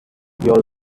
your